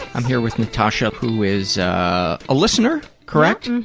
i'm here with natasha who is a listener? correct?